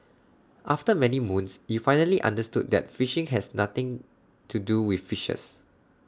after many moons you finally understood that phishing has nothing to do with fishes